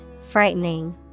frightening